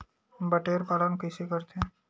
बटेर पालन कइसे करथे?